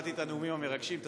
שמעתי את הנאומים המרגשים.